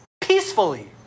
peacefully